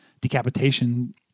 decapitation